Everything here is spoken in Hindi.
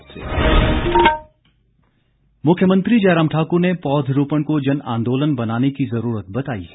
वन महोत्सव मुख्यमंत्री जयराम ठाकुर ने पौधरोपण को जनआंदोलन बनाने की ज़रूरत बताई है